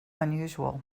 unusual